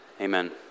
Amen